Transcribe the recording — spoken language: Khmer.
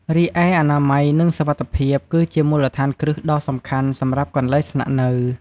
រីឯអនាម័យ និងសុវត្ថិភាព គឺជាមូលដ្ឋានគ្រឹះដ៏សំខាន់សម្រាប់កន្លែងស្នាក់នៅ។